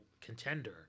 contender